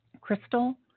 crystal